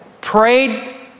prayed